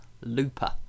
Looper